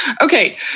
Okay